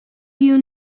you